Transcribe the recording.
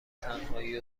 تنهایی